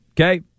Okay